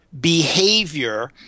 behavior